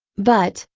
but,